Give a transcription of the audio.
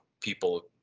people